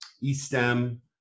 e-stem